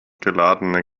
geladene